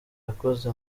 yakoze